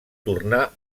tornar